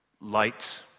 light